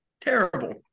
Terrible